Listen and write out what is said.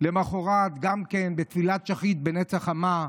ולמוחרת גם בתפילת יחיד בנץ החמה,